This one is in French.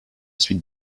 suite